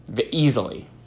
easily